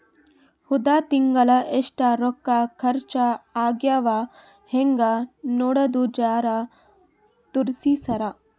ಹೊದ ತಿಂಗಳ ಎಷ್ಟ ರೊಕ್ಕ ಖರ್ಚಾ ಆಗ್ಯಾವ ಹೆಂಗ ನೋಡದು ಜರಾ ತೋರ್ಸಿ ಸರಾ?